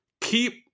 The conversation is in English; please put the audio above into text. keep